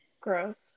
Gross